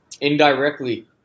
indirectly